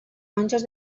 monjos